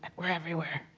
we're everywhere.